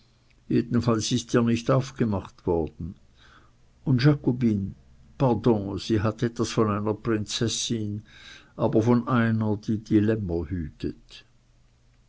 jedenfalls ist ihr nicht aufgemacht worden und jakobine pardon sie hat etwas von einer prinzessin aber von einer die die lämmer hütet